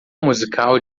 musical